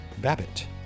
Babbitt